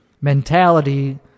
mentality